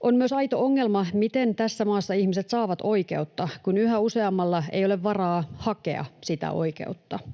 On myös aito ongelma, miten tässä maassa ihmiset saavat oikeutta, kun yhä useammalla ei ole varaa hakea oikeutta.